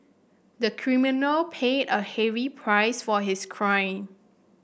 the criminal paid a heavy price for his crime